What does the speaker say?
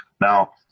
Now